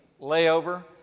layover